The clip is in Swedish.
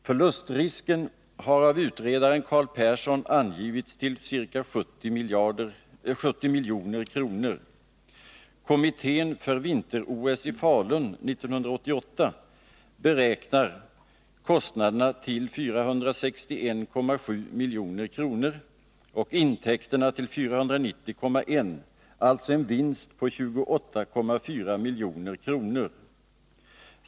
Förlustrisken har av utredaren Carl Persson angivits till ca 70 milj.kr. Kommittén för vinter-OS i Falun 1988 beräknar kostnaderna till 461,7 milj.kr. och intäkterna till 490,1 milj.kr. — alltså en vinst på 28,4 milj.kr.